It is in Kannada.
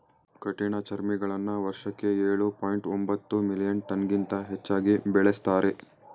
ಕಠಿಣಚರ್ಮಿಗಳನ್ನ ವರ್ಷಕ್ಕೆ ಎಳು ಪಾಯಿಂಟ್ ಒಂಬತ್ತು ಮಿಲಿಯನ್ ಟನ್ಗಿಂತ ಹೆಚ್ಚಾಗಿ ಬೆಳೆಸ್ತಾರೆ